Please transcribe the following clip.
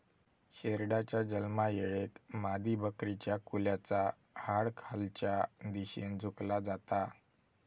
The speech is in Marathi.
शेरडाच्या जन्मायेळेक मादीबकरीच्या कुल्याचा हाड खालच्या दिशेन झुकला जाता